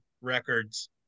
records